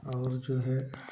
और जो है